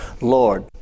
Lord